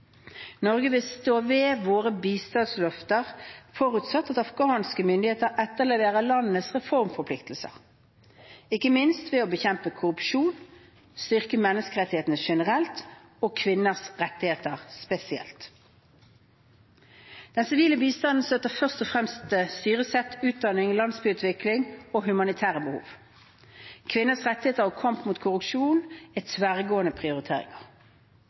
Norge vil stå ved sine bistandsløfter forutsett at afghanske myndigheter etterlever landets reformforpliktelser, ikke minst ved å bekjempe korrupsjon og styrke menneskerettighetene generelt og kvinners rettigheter spesielt. Den sivile bistanden støtter først og fremst styresett, utdanning, landsbygdutvikling og humanitære behov. Kvinners rettigheter og kampen mot korrupsjon er tverrgående prioriteringer.